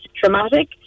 traumatic